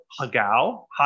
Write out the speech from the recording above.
hagao